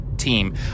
team